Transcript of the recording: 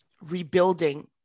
rebuilding